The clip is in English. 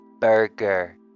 Burger